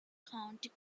county